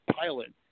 pilot